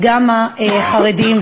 וגם בחרדיים,